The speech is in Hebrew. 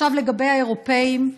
עכשיו לגבי האירופים,